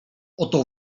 oto